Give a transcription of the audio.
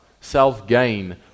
self-gain